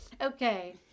Okay